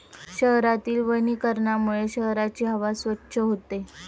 शहरातील वनीकरणामुळे शहराची हवा स्वच्छ होते